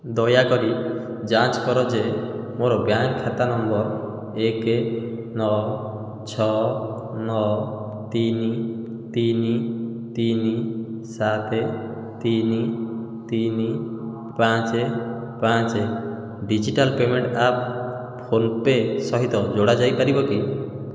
ଦୟାକରି ଯାଞ୍ଚ କର ଯେ ମୋର ବ୍ୟାଙ୍କ୍ ଖାତା ନମ୍ବର୍ ଏକ ନଅ ଛଅ ନଅ ତିନି ତିନି ତିନି ସାତ ତିନି ତିନି ପାଞ୍ଚ ପାଞ୍ଚ digital payment app PhonePe ସହିତ ଯୋଡ଼ା ଯାଇପାରିବ କି